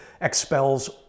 expels